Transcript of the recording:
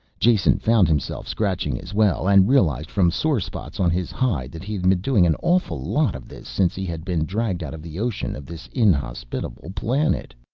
jason found himself scratching as well, and realized from sore spots on his hide that he had been doing an awful lot of this since he had been dragged out of the ocean of this inhospitable planet.